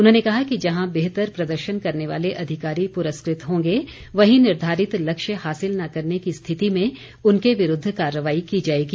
उन्होंने कहा कि जहां बेहतर प्रदर्शन करने वाले अधिकारी प्रस्कृत होंगे वहीं निर्धारित लक्ष्य हासिल न करने की रिथति में उनके विरूद्व कार्रवाई की जाएगी